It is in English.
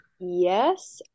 yes